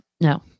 No